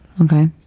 Okay